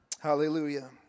Hallelujah